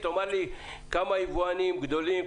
תאמר לי כמה יבואנים גדולים,